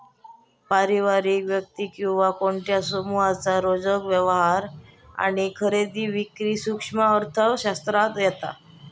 पारिवारिक, वैयक्तिक किंवा कोणत्या समुहाचे रोजचे व्यवहार आणि खरेदी विक्री सूक्ष्म अर्थशास्त्रात येता